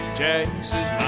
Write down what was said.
chases